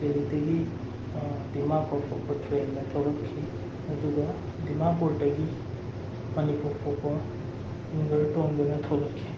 ꯗꯦꯜꯂꯤꯗꯒꯤ ꯗꯤꯃꯥꯄꯨꯔ ꯐꯥꯎꯕ ꯇ꯭ꯔꯦꯟꯗ ꯊꯣꯛꯂꯛꯈꯤ ꯑꯗꯨꯒ ꯗꯤꯃꯥꯄꯨꯔꯗꯒꯤ ꯃꯅꯤꯄꯨꯔ ꯐꯥꯎꯕ ꯋꯤꯡꯒꯔ ꯇꯣꯡꯗꯨꯅ ꯊꯣꯛꯂꯛꯈꯤ